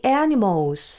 animals